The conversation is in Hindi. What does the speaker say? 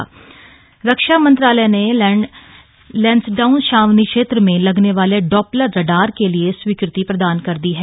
अनिल बलनी रक्षा मंत्रालय ने लैंसडाउन छावनी क्षेत्र में लगने वाले डॉप्लर रडार के लिए स्वीकृति प्रदान कर दी है